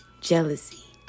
jealousy